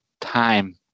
time